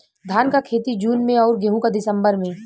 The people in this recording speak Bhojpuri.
धान क खेती जून में अउर गेहूँ क दिसंबर में?